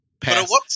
past